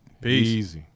Peace